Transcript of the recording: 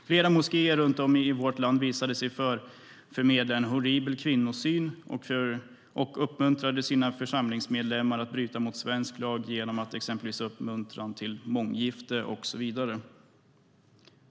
Flera moskéer runt om i vårt land visade sig förmedla en horribel kvinnosyn och uppmuntrade sina församlingsmedlemmar att bryta mot svensk lag genom exempelvis uppmuntran till månggifte och så vidare.